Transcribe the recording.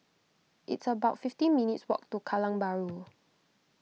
it's about fifty minutes' walk to Kallang Bahru